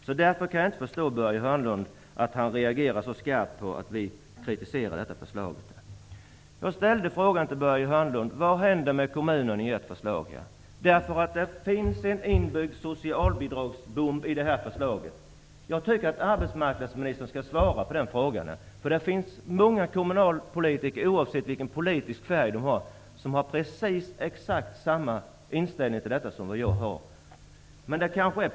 Jag kan inte förstå att Börje Hörnlund reagerar så starkt på att vi kritiserar detta förslag. Jag ställde frågan till Börje Hörnlund: Vad händer med kommunerna i och med ert förslag? Det finns en inbyggd socialbidragsbomb i förslaget. Jag tycker att arbetsmarknadsministern skall svara på den frågan. Det finns många kommunalpolitiker som har exakt samma inställning till detta som jag, oavsett politisk färg.